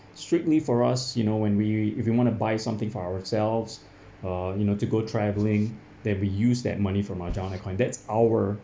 strictly for us you know when we if you want to buy something for ourselves uh you know to go travelling that we use that money from our joint account that's our